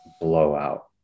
blowout